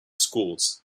schools